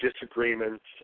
disagreements